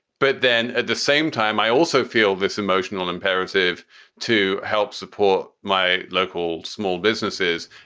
but then at the same time, i also feel this emotional imperative to help support my local small businesses.